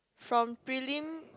from prelim